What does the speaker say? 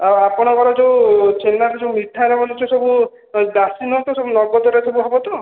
ଆଉ ଆପଣଙ୍କ ର ଯେଉଁ ଛେନା ରେ ଯେଉଁ ମିଠା ରେ ବନାଉଛ ଯେଉଁ ସବୁ ବାସି ନୁହଁ ତ ସବୁ ନଗଦରେ ସବୁ ହେବ ତ